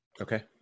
Okay